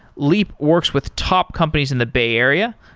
leap works with top companies in the bay area,